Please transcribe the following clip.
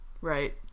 Right